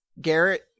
Garrett